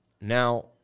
Now